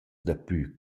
daplü